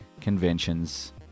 conventions